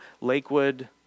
Lakewood